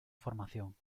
formación